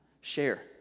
Share